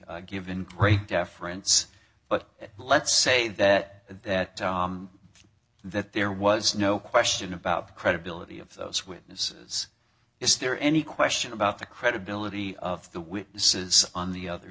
given great deference but let's say that that there was no question about the credibility of those witnesses is there any question about the credibility of the witnesses on the other